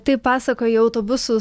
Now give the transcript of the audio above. taip pasakoja autobusų